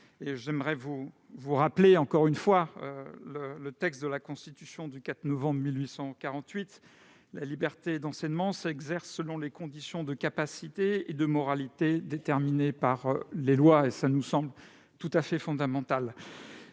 Je vous rappelle encore une fois le texte de la Constitution du 4 novembre 1848 :« La liberté d'enseignement s'exerce selon les conditions de capacité et de moralité déterminées par les lois. » C'est tout à fait fondamental